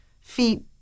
feet